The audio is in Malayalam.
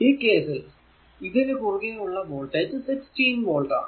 ഈ കേസിൽ ഇതിനു കുറുകെ ഉള്ള വോൾടേജ് 16 വോൾട് ആണ്